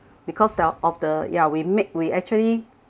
because there of the yeah we make we actually